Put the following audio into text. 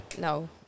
No